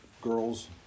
girls